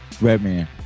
Redman